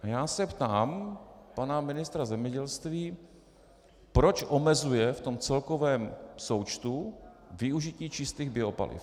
Já se ptám pana ministra zemědělství, proč omezuje v tom celkovém součtu využití čistých biopaliv.